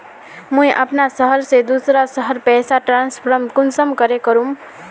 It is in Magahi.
मुई अपना शहर से दूसरा शहर पैसा ट्रांसफर कुंसम करे करूम?